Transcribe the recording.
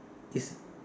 is